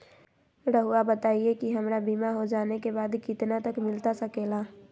रहुआ बताइए कि हमारा बीमा हो जाने के बाद कितना तक मिलता सके ला?